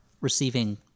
receiving